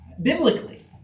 Biblically